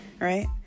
right